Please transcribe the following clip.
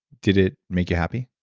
did it make you happy?